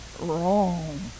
wrong